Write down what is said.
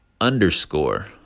underscore